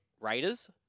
Raiders